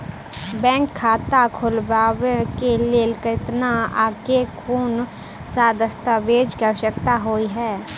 Bank खाता खोलबाबै केँ लेल केतना आ केँ कुन सा दस्तावेज केँ आवश्यकता होइ है?